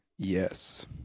yes